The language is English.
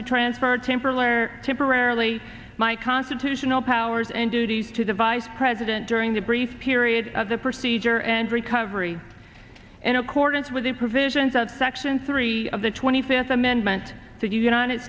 to transfer temporal or temporarily my constitutional powers and duties to the vice president during the brief period of the procedure and recovery in accordance with the provisions at section three of the twenty fifth amendment to the united